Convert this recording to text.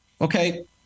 Okay